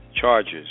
Charges